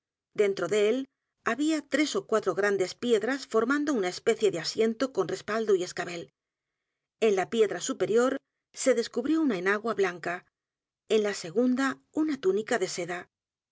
dentro de él había t r e s ó cuatro grandes piedras formando u n a especie de asiento con respaldo y escabel en la piedra superior se descubrió una enagua b l a n c a en la segunda una túnica de seda